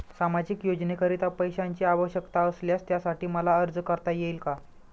सामाजिक योजनेकरीता पैशांची आवश्यकता असल्यास त्यासाठी मला अर्ज करता येईल का?